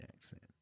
accent